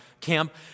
Camp